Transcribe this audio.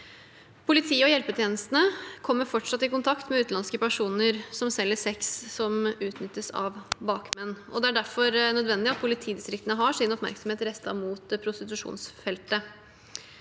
Politiet og hjelpetjenestene kommer fortsatt i kontakt med utenlandske personer som selger sex som utnyttes av bakmenn. Det er derfor nødvendig at politidistriktene har sin oppmerksomhet rettet mot prostitusjonsfeltet.